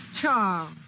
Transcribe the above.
Charles